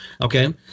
okay